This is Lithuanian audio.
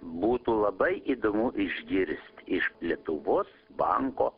būtų labai įdomu išgirst iš lietuvos banko